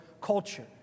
culture